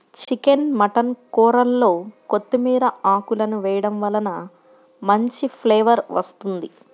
chicken mutton కూరల్లో కొత్తిమీర ఆకులను వేయడం వలన మంచి ఫ్లేవర్ వస్తుంది